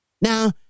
Now